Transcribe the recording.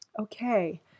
Okay